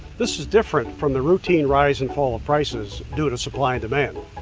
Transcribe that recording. this is different from the routine rise and fall of prices due to supply and demand.